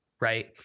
right